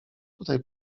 tutaj